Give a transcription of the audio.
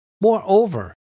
Moreover